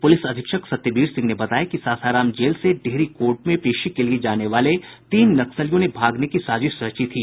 police अधीक्षक सत्यवीर सिंह ने बताया कि सासाराम जेल से डेहरी कोर्ट में पेशी के लिए जाने वाले तीन नक्सलियों ने भागने की साजिश रची थी